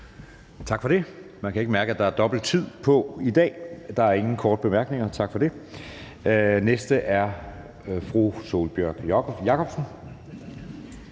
Tak for det. Man kan ikke mærke, at der er dobbelt taletid i dag. Der er ingen korte bemærkninger. Den næste er fru Sólbjørg Jakobsen.